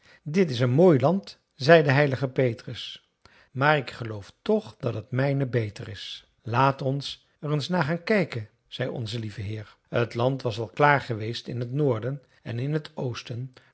dit is een mooi land zei de heilige petrus maar ik geloof toch dat het mijne beter is laat ons er eens naar gaan kijken zei onze lieve heer t land was al klaar geweest in t noorden en in t oosten